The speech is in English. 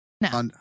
No